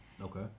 Okay